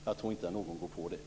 Jag tror inte att någon går på detta.